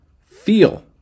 feel